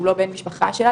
שהוא לא בן משפחה שלה,